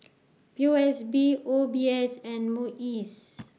P O S B O B S and Muis